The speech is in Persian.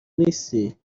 نیستی